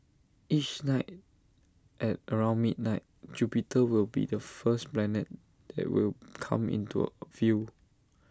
each night at around midnight Jupiter will be the first planet that will come into A view